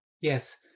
Yes